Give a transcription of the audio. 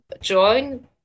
join